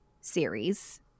series